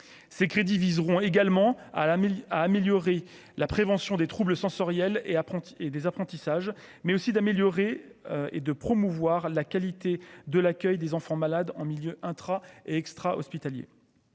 ces crédits viseront également à la à améliorer la prévention des troubles sensoriels et après et des apprentissages, mais aussi d'améliorer et de promouvoir la qualité de l'accueil des enfants malades en milieu intra et extra hospitaliers